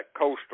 coastal